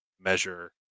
measure